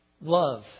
love